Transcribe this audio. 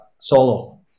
solo